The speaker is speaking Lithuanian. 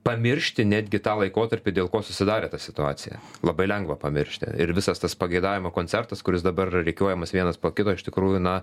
pamiršti netgi tą laikotarpį dėl ko susidarė ta situacija labai lengva pamiršti ir visas tas pageidavimų koncertas kuris dabar yra rikiuojamas vienas po kito iš tikrųjų na